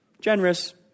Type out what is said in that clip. Generous